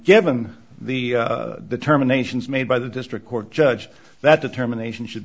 given the terminations made by the district court judge that determination should